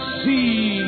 see